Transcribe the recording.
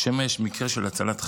שמא יש מקרה של הצלת חיים.